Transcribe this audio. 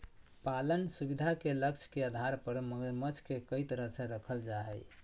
पालन सुविधा के लक्ष्य के आधार पर मगरमच्छ के कई तरह से रखल जा हइ